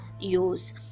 use